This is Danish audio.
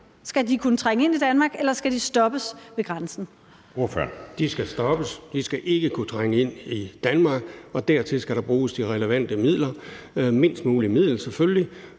Søe): Ordføreren. Kl. 15:12 Preben Bang Henriksen (V): De skal stoppes. De skal ikke kunne trænge ind i Danmark, og dertil skal der bruges de relevante midler, mindst mulige midler, selvfølgelig.